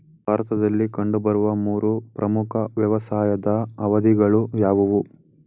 ಭಾರತದಲ್ಲಿ ಕಂಡುಬರುವ ಮೂರು ಪ್ರಮುಖ ವ್ಯವಸಾಯದ ಅವಧಿಗಳು ಯಾವುವು?